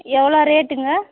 எவ்வளோ ரேட்டுங்க